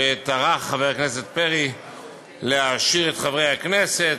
שטרח חבר הכנסת פרי להעשיר את חברי הכנסת,